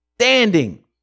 standing